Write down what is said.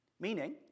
Meaning